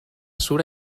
surt